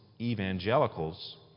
evangelicals